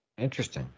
Interesting